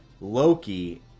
Loki